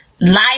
life